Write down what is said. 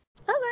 Okay